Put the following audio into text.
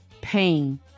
pain